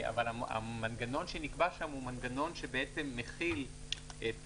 אבל המנגנון שנקבע שם הוא מנגנון שבעצם מחיל את